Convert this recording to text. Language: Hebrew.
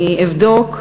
אני אבדוק.